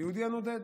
היהודי הנודד.